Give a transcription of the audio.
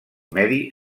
medi